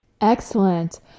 Excellent